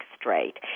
straight